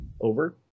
over